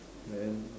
then